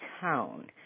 tone